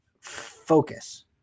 focus